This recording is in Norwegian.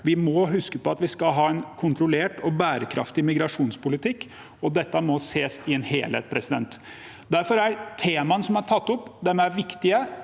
Vi må huske på at vi skal ha en kontrollert og bærekraftig migrasjonspolitikk, og dette må ses i en helhet. Derfor er temaene som er tatt opp, viktige,